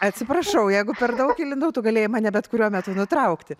atsiprašau jeigu per daug įlindau tu galėjai mane bet kuriuo metu nutraukti